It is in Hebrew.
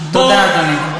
תודה, אדוני.